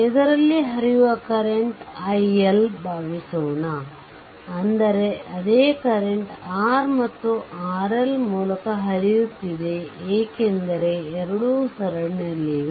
ಇದರಲ್ಲಿ ಹರಿಯುವ current iL ಭಾವಿಸೋಣ ಅಂದರೆ ಅದೇ ಕರೆಂಟ್ R ಮತ್ತು RL ಮೂಲಕ ಹರಿಯುತ್ತಿದೆ ಏಕೆಂದರೆ ಎರಡೂ ಸರಣಿಯಲ್ಲಿವೆ